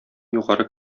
югары